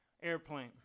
airplane